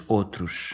outros